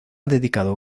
dedicado